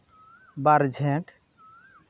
ᱵᱟᱨ ᱡᱷᱮᱸᱴ